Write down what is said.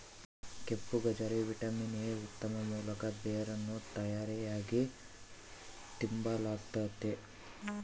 ಕೆಂಪುಗಜ್ಜರಿ vitamin A ನ ಉತ್ತಮ ಮೂಲ ಬೇರನ್ನು ತರಕಾರಿಯಾಗಿ ತಿಂಬಲಾಗ್ತತೆ